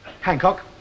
Hancock